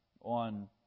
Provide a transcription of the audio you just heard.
on